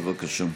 בבקשה.